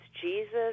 jesus